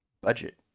Budget